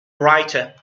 writer